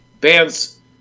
Bands